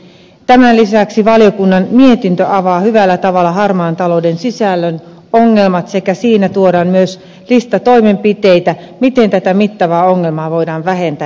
tämän lisäksi valiokunnan mietintö avaa hyvällä tavalla harmaan talouden sisällön sen ongelmat ja siinä tuodaan myös lista toimenpiteitä miten tätä mittavaa ongelmaa voidaan vähentää ja torjua